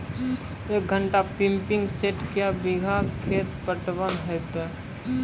एक घंटा pumping set क्या बीघा खेत पटवन है तो?